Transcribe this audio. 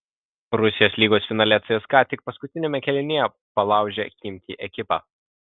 rusijos lygos finale cska tik paskutiniame kėlinyje palaužė chimki ekipą